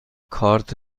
کارت